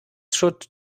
should